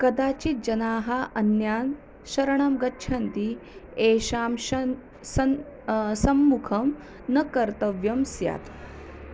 कदाचित् जनाः अन्यान् शरणं गच्छन्ति येषां शन् सन् सम्मुखं न कर्तव्यं स्यात्